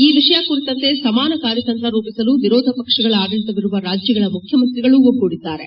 ಈ ವಿಷಯ ಕುರಿತಂತೆ ಸಮಾನ ಕಾರ್ಯತಂತ್ರ ರೂಪಿಸಲು ವಿರೋಧ ಪಕ್ಷಗಳ ಆಡಳಿತವಿರುವ ರಾಜ್ಯಗಳ ಮುಖ್ಯಮಂತ್ರಿಗಳು ಒಗ್ಗೂಡಿದ್ದಾರೆ